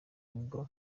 nibwo